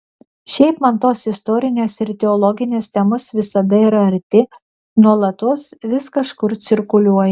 šiaip man tos istorinės ir teologinės temos visada yra arti nuolatos vis kažkur cirkuliuoja